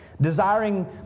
Desiring